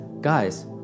guys